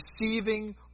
receiving